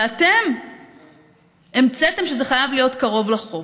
ואתם המצאתם שזה חייב להיות קרוב לחוף.